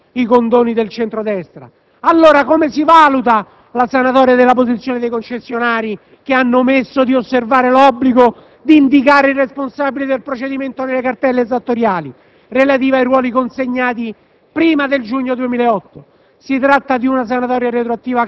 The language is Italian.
Sono stati criticati i condoni del centro-destra: allora come si valuta la sanatoria della posizione dei concessionari, che hanno omesso di osservare l'obbligo di indicare il responsabile del procedimento delle cartelle esattoriali relative ai ruoli consegnati prima del giugno 2008?